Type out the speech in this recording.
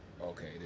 okay